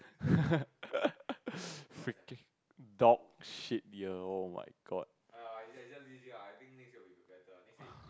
freaking dog shit year oh my god